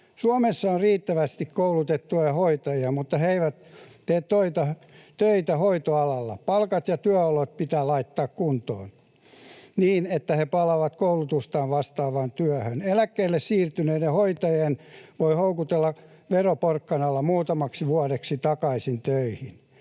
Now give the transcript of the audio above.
Suomessa on riittävästi koulutettuja hoitajia, mutta he eivät tee töitä hoitoalalla. Palkat ja työolot pitää laittaa kuntoon niin, jotta he palaavat koulutustaan vastaavaan työhön. Eläkkeelle siirtyneitä hoitajia voi houkutella veroporkkanalla muutamaksi vuodeksi takaisin töihin.